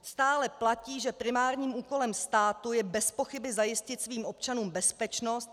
Stále platí, že primárním úkolem státu je bezpochyby zajistit svým občanům bezpečnost.